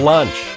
Lunch